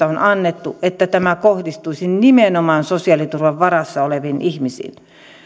on annettu että tämä kohdistuisi nimenomaan sosiaaliturvan varassa oleviin ihmisiin